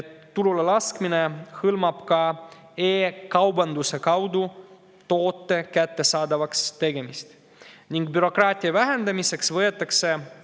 turule laskmine hõlmab ka e‑kaubanduse kaudu toote kättesaadavaks tegemist. Bürokraatia vähendamiseks võetakse